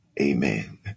Amen